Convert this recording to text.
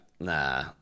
Nah